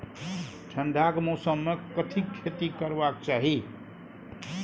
ठंडाक मौसम मे कथिक खेती करबाक चाही?